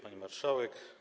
Pani Marszałek!